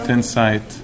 Insight